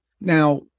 Now